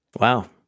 Wow